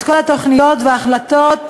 את כל התוכניות וההחלטות,